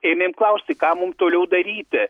ėmėm klaust tai ką mum toliau daryti